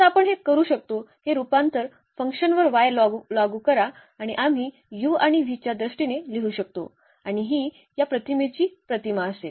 तर आपण हे करू शकतो हे रूपांतरण F वर y वर लागू करा आणि आम्ही u आणि v च्या दृष्टीने लिहू शकतो आणि ही या प्रतिमेची प्रतिमा असेल